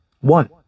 One